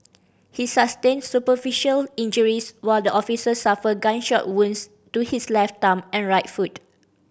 he sustained superficial injuries while the officer suffered gunshot wounds to his left thumb and right foot